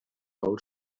old